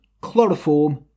chloroform